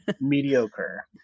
Mediocre